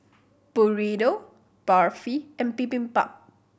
Burrito Barfi and Bibimbap